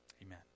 Amen